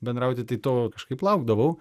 bendrauti tai to kažkaip laukdavau